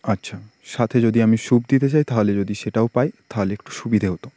আচ্ছা সাথে যদি আমি স্যুপ দিতে চাই তাহলে যদি সেটাও পাই তাহলে একটু সুবিধে হতো